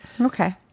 okay